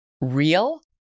real